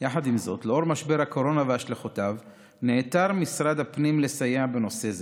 בעקבות משבר הקורונה והשלכותיו נעתר משרד הפנים לסייע בנושא זה.